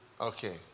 Okay